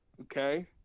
Okay